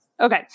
Okay